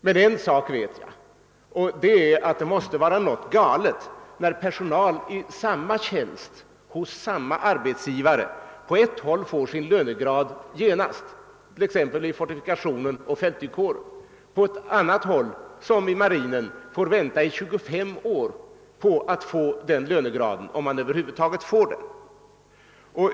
Men en sak vet jag, och det är att något måste vara galet när personal i samma tjänst hos samma arbetsgivare på ett håll får sin lönegrad genast — t.ex. vid fortifikationen och = fälttygkåren — men på ett annat håll, som i marinen, får vänta i 25 år, om de över huvud taget får den.